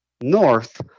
north